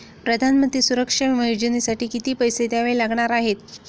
प्रधानमंत्री सुरक्षा विमा योजनेसाठी किती पैसे द्यावे लागणार आहेत?